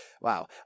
Wow